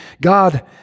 God